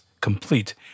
complete